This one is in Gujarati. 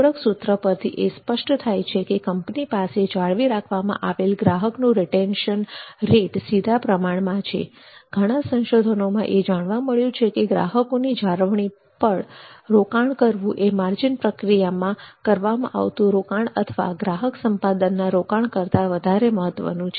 ઉપરોક્ત સૂત્ર પરથી એ સ્પષ્ટ થાય છે કે કંપની પાસે જાળવી રાખવામાં આવેલ ગ્રાહકનું મૂલ્ય રીટેન્શન રેટના સીધા પ્રમાણમાં છે ઘણા સંશોધનોમાં એ જાણવા મળ્યું છે કે ગ્રાહકોની જાળવણી પણ રોકાણ કરવું એ માર્જિન પ્રક્રિયામાં કરવામાં આવતું રોકાણ અથવા ગ્રાહક સંપાદનના રોકાણ કરતાં વધારે મહત્વનું છે